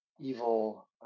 evil